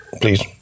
please